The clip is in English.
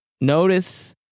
notice